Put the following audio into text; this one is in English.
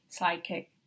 sidekick